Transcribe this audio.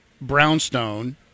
brownstone